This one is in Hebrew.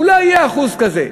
אולי יהיה אחוז כזה,